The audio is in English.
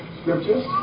scriptures